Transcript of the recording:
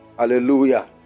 hallelujah